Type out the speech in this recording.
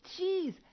Jeez